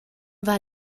war